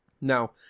Now